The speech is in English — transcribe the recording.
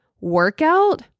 workout